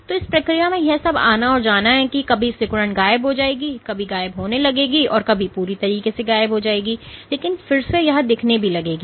तो इस प्रक्रिया में यह सब आना और जाना है कभी सिकुड़न गायब हो जाएगी कभी गायब होने लगेगी और कभी पूरे तरीके से गायब हो जाएगी लेकिन फिर से यह दिखने भी लगेगी